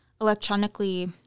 electronically